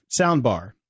soundbar